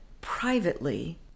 privately